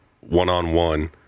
one-on-one